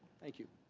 thank you.